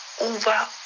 over